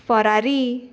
Ferrari